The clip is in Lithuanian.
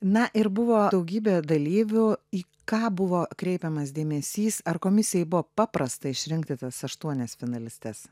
na ir buvo daugybė dalyvių į ką buvo kreipiamas dėmesys ar komisijai buvo paprasta išrinkti tas aštuonias finalistes